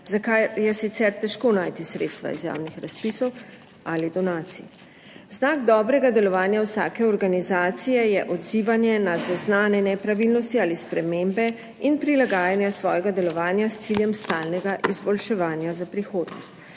za kar je sicer težko najti sredstva iz javnih razpisov ali donacij. Znak dobrega delovanja vsake organizacije je odzivanje na zaznane nepravilnosti ali spremembe in prilagajanje svojega delovanja s ciljem stalnega izboljševanja za prihodnost.